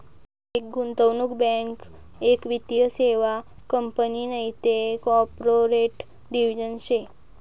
एक गुंतवणूक बँक एक वित्तीय सेवा कंपनी नैते कॉर्पोरेट डिव्हिजन शे